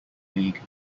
league